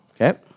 Okay